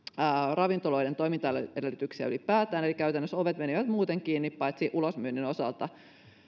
ravintoloiden toimintaedellytyksiä ylipäätään eli käytännössä ovet menivät muuten kiinni paitsi ulosmyynnin osalta